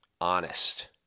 honest